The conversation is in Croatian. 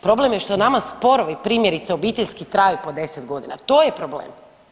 Problem je što nama sporovi primjerice obiteljski traju po 10.g., to je problem.